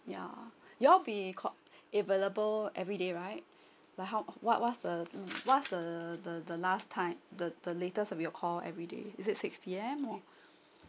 yeah you are all be ca~ available everyday right but how what what's the what's the the the last time the the latest of your call everyday is it six PM or